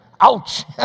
Ouch